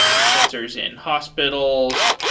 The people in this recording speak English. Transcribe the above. sensors in hospitals,